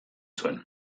zuen